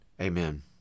Amen